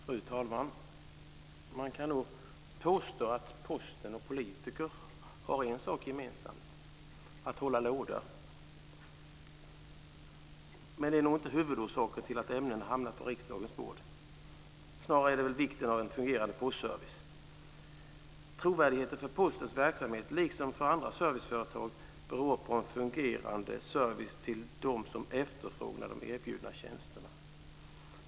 Fru talman! Man kan påstå att Posten och politiker har en sak gemensamt, nämligen att hålla låda. Men det är nog inte huvudorsaken till att ämnet hamnat på riksdagens bord. Snarare är det vikten av en fungerande postservice. Trovärdigheten för Postens verksamhet, liksom för andra serviceföretag, beror på en fungerande service till dem som efterfrågar de erbjudna tjänsterna.